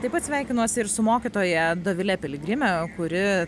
taip pat sveikinuosi ir su mokytoja dovile piligrime kuri